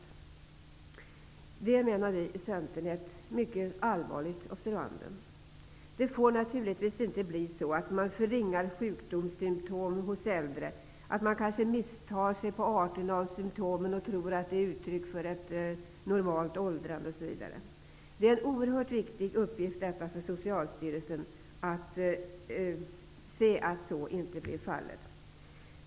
Det menar vi i Centern är ett mycket allvarligt observandum. Det får naturligtvis inte bli så att man förringar sjukdomssymtom hos äldre, att man kanske misstar sig på arten av symtomen och tror att de är uttryck för ett normalt åldrande osv. Det är en oerhört viktig uppgift för Socialstyrelsen att man ser till att så inte blir fallet.